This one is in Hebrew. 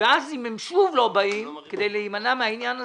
ואז אם הם שוב לא באים כדי להימנע מהעניין הזה,